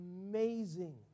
amazing